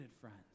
friends